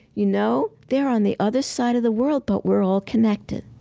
you know, they're on the other side of the world but we're all connected.